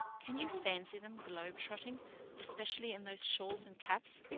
can you fancy them globe-trotting' especially in those shawls and caps?